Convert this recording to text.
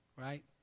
right